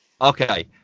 okay